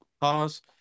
pause